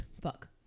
Fuck